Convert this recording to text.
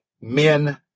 men